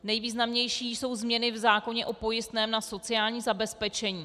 Nejvýznamnější jsou změny v zákoně o pojistném na sociální zabezpečení.